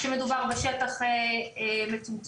כשמדובר בשטח מצומצם.